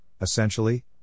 essentially